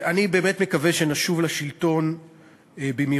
אני באמת מקווה שנשוב לשלטון במהירות,